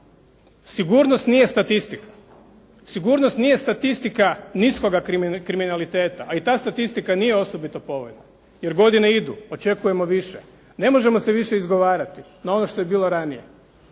Sigurnost nije statistika. Sigurnost nije statistika niskoga kriminaliteta, a i ta statistika nije osobito povoljna jer godine idu, očekujemo više. Ne možemo se više izgovarati na ono što je bilo ranije.